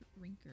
rinker